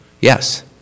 Yes